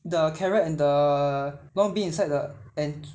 the carrot and the long bean inside the and